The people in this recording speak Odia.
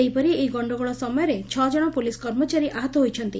ସେହିପରି ଏହି ଗଣ୍ଡଗୋଳ ସମୟରେ ଛଅଜଣ ପୁଲିସ୍ କର୍ମଚାରୀ ଆହତ ହୋଇଛନ୍ତି